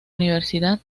universidad